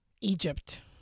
Egypt